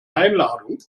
einladung